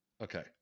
Okay